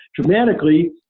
dramatically